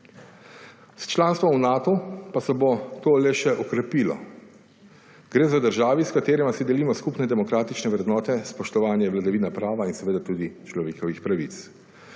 S članstvom v Natu pa se bo to le še okrepilo. Gre za državi, s katerima si delimo skupne demokratične vrednote, spoštovanja vladavina prava in seveda tudi človekovih pravic.